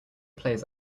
plays